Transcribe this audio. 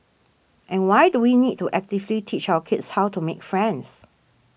and why do we need to actively teach our kids how to make friends